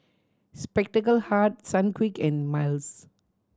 Spectacle Hut Sunquick and Miles